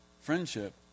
friendship